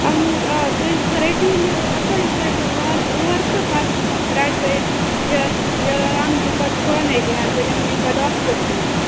آہَن حظ آ تُہۍ رٔٹہوٗن یہِ اوٚتٲنۍ یوٚتٲنۍ بہٕ واتہٕ اور تہٕ پَتہٕ رٔٹہٕ بہٕ یہِ یہِ اَنہٕ بہٕ پَتہٕ پانَے گَرٕ بہٕ نِمَن پَتہٕ یہِ ڈاکٹرس نِش